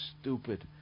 stupid